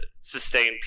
sustain